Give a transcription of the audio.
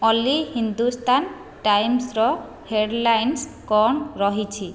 ଅଲି ହିନ୍ଦୁସ୍ତନ୍ ଟାଇମ୍ସ୍ର ହେଡ଼୍ଲାଇନ୍ସ୍ କ'ଣ ରହିଛି